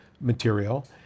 material